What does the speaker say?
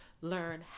learn